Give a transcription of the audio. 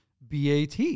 BAT